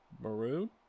Maroon